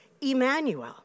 Emmanuel